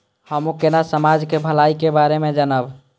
हमू केना समाज के भलाई के बारे में जानब?